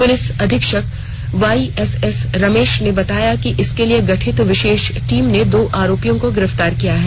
police अधीक्षक YSS Ramesh ने बताया कि इसके लिए गठित विशेष टीम ने दो आरोपी को गिरफ्तार किया है